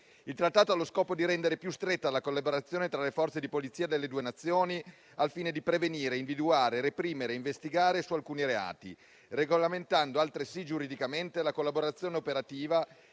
Il Trattato ha lo scopo di rendere più stretta la collaborazione tra le Forze di polizia delle due Nazioni al fine di prevenire, individuare, reprimere e investigare su alcuni reati, regolamentando altresì giuridicamente la collaborazione operativa